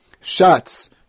shots